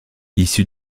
issu